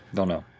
don't know.